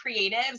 creatives